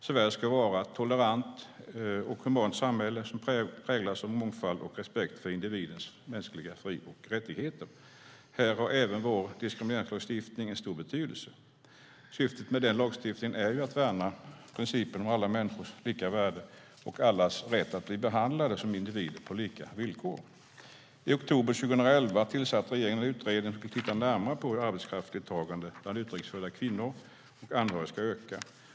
Sverige ska vara ett tolerant och humant samhälle som präglas av mångfald och respekt för individens mänskliga fri och rättigheter. Här har även vår diskrimineringslagstiftning stor betydelse. Syftet med den lagstiftningen är ju att värna principen om alla människors lika värde och allas rätt att bli behandlade som individer på lika villkor. I oktober 2011 tillsatte regeringen en utredning som skulle titta närmare på hur arbetskraftsdeltagandet bland utrikes födda kvinnor och anhöriga ska öka.